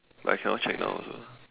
but I cannot check now also